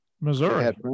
Missouri